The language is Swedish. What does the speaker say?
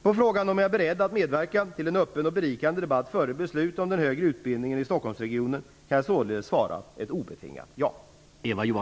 På frågan om jag är beredd att medverka till en öppen och berikande debatt före beslut om den högre utbildningen i Stockholmsregionen kan jag således svara ett obetingat ja.